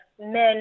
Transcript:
men